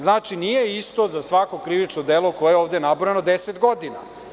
Znači, nije isto za svako krivično delo koje je ovde nabrojano 10 godina.